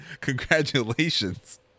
Congratulations